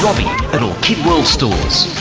little kid world stores.